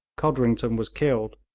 codrington was killed,